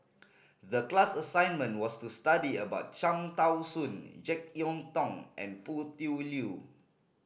the class assignment was to study about Cham Tao Soon Jek Yeun Thong and Foo Tui Liew